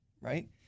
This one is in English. right